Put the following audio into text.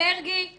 יש עיוותים.